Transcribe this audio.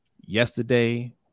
yesterday